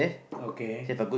okay